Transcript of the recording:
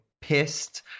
pissed